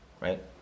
Right